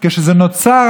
כשזה נוצר,